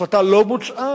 ההחלטה לא בוצעה,